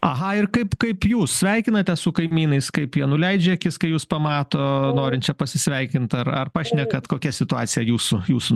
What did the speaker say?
aha ir kaip kaip jūs sveikinates su kaimynais kaip jie nuleidžia akis kai jus pamato norinčią pasisveikint ar ar pašnekat kokia situacija jūsų jūsų